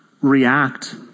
react